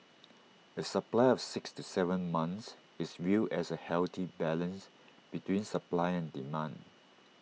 A supply of six to Seven months is viewed as A healthy balance between supply and demand